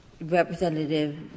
Representative